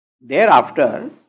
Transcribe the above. Thereafter